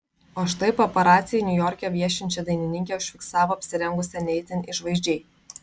o štai paparaciai niujorke viešinčią dainininkę užfiksavo apsirengusią ne itin išvaizdžiai